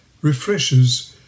refreshes